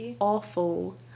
awful